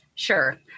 Sure